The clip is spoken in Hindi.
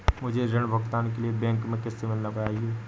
मुझे ऋण भुगतान के लिए बैंक में किससे मिलना चाहिए?